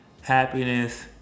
happiness